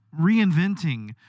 reinventing